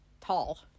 tall